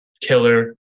killer